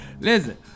listen